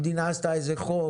המדינה עשתה איזה חוק,